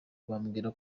mbabwira